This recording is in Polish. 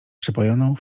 przepojoną